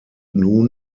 nun